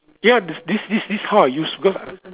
ya this this this how I use because